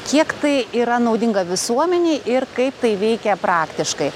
kiek tai yra naudinga visuomenei ir kaip tai veikia praktiškai